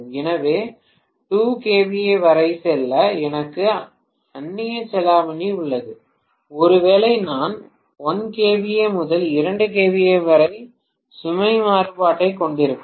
எனவே 2 kVA வரை செல்ல எனக்கு அந்நியச் செலாவணி உள்ளது ஒருவேளை நான் 1 kVA முதல் 2 kVA வரை சுமை மாறுபாட்டைக் கொண்டிருக்கலாம்